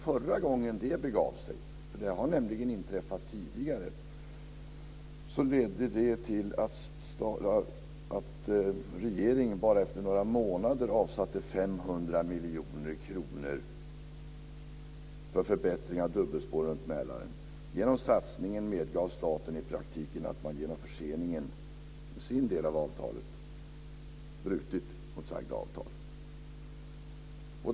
Förra gången det begav sig - det har nämligen inträffat tidigare - ledde det till att regeringen efter bara några månader avsatte 500 miljoner kronor för förbättring av dubbelspår runt Mälaren. I och med den satsningen medgav staten i praktiken att man genom förseningen i sin del av avtalet brutit mot sagda avtal.